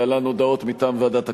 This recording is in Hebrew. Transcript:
להלן הודעות מטעם ועדת הכנסת: